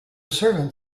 servant